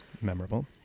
memorable